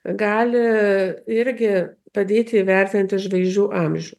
gali irgi padėti įvertinti žvaigždžių amžių